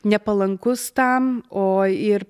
nepalankus tam o ir